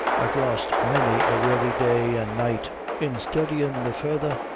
i've lost many a weary day an' night in studyin' the further,